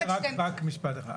רק משפט אחד.